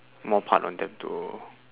more part on that too